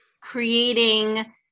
creating